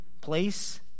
place